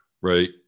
right